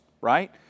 Right